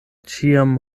ĉiam